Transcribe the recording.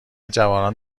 جوانان